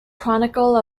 chronicle